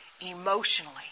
emotionally